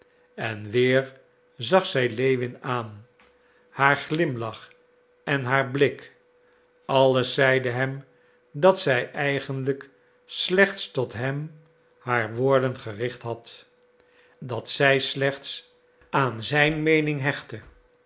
en weer zag zij lewin aan haar glimlach en haar blik alles zeide hem dat zij eigenlijk slechts tot hem haar woorden gericht had dat zij slechts aan zijn meening hechtte